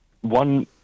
One